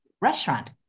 restaurant